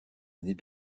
année